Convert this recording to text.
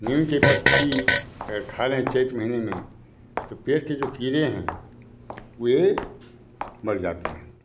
नीम के पत्ती अगर खा लें चैत महीने में तो पेट के जो कीड़े हैं वे मर जाते हैं